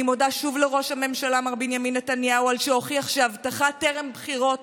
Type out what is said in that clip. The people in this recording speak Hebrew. אני מודה שוב לראש הממשלה מר בנימין נתניהו על שהוכיח שהבטחה טרם בחירות